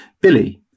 Billy